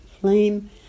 flame